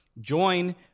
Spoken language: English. join